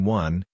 one